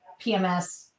PMS